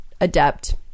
adept